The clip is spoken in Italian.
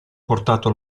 portato